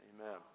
amen